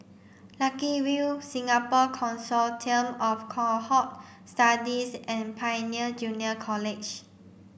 Lucky View Singapore Consortium of Cohort Studies and Pioneer Junior College